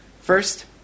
First